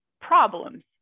problems